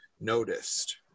noticed